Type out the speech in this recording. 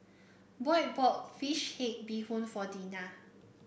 Boy bought fish head Bee Hoon for Deena